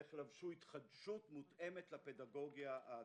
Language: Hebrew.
איך לבשו התחדשות מותאמת לפדגוגיה העתידית.